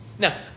Now